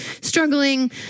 struggling